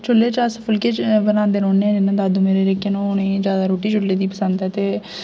चुल्ले च अस फुलके बनांदे रौह्ने जियां दादू मेरे लेकिन ओह् उनेंगी जादा रूट्टी चुल्ले दी पसंद ऐ ते